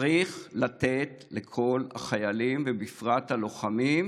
חס ושלום, צריך לתת לכל החיילים, ובפרט ללוחמים,